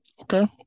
Okay